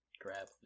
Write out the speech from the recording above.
grab